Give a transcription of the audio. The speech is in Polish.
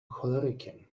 cholerykiem